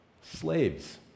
Slaves